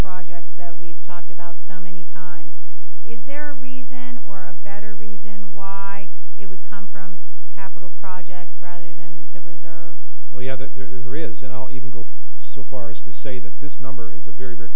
projects that we've talked about so many times is there reason or a better reason why it would come from capital projects rather than the reserve well you know there is an even go so far as to say that this number is a very very